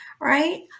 right